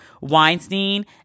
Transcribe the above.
Weinstein